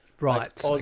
right